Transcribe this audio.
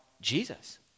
Jesus